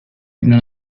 himno